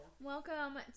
Welcome